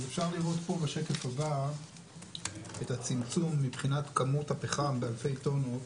אפשר לראות פה בשקף הבא את הצמצום מבחינת כמות הפחם באלפי טונות,